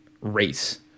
race